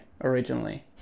originally